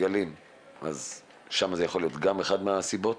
אז שם זה יכול להיות גם אחת מהסיבות.